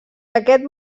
aquest